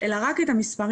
אלא רק את המספרים.